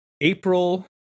April